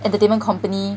entertainment company